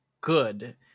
good